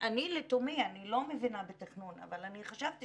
אני לא מבינה בתכנון אבל אני חשבתי